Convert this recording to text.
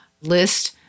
list